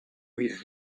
his